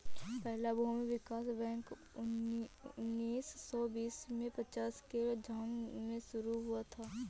पहला भूमि विकास बैंक उन्नीस सौ बीस में पंजाब के झांग में शुरू हुआ था